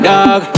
Dog